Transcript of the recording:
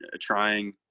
trying